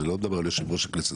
ולא מדבר על יושב-ראש הכנסת,